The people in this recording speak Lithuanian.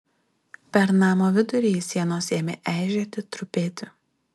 per namo vidurį sienos ėmė eižėti trupėti